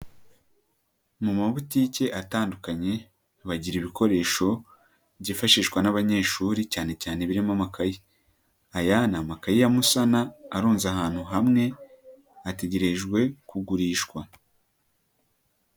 Mu mabutike atandukanye bagira ibikoresho byifashishwa n'abanyeshuri cyane cyane birimo amakayi. Aya ni amakayi ya musana arunze ahantu hamwe hategerejwe kugurishwa.